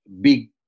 big